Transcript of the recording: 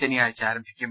ശനിയാഴ്ച ആരംഭിക്കും